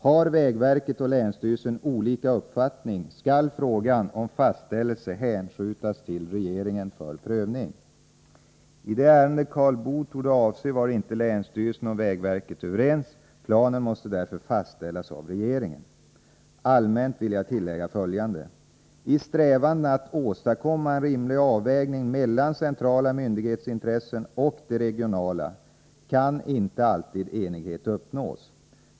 Har vägverket och länsstyrelsen olika uppfattning, skall frågan om fastställelse hänskjutas till regeringen för prövning. I det ärende Karl Boo torde avse var inte länsstyrelsen och vägverket överens. Planen måste därför fastställas av regeringen. Allmänt vill jag tillägga följande: I strävandena att åstadkomma en rimlig avvägning mellan centrala myndighetsintressen och de regionala kan inte alltid enighet uppnås.